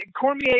Cormier